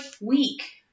week